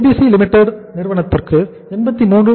ABC Limited நிறுவனத்திற்கு 83